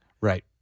Right